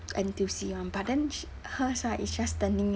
N_T_U_C one but then she hers right is just standing